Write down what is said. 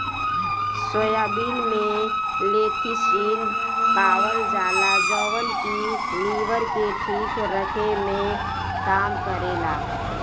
soybean में lecithin पावल जाला जवन की लीवर के ठीक रखे में काम करेला